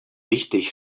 wichtig